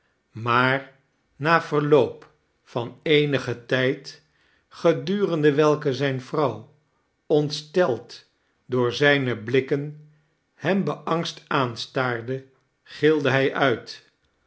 maar na verloop van eenigen tijd gedurende welken zijne vrouw ontsteld door zijne blikken hem beangst aanstaarde gilde hij uit